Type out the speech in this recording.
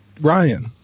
Ryan